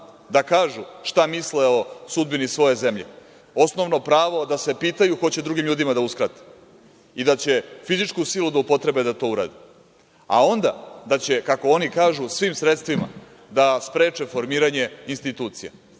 da kažu šta misle o sudbini svoje zemlje, osnovno pravo da se pitaju hoće drugim ljudima da uskrate i da će fizičku silu da upotrebe da to urade, a onda da će, kako oni kažu, svim sredstvima da spreče formiranje institucija